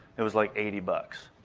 it was like eighty bucks.